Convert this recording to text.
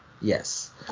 Yes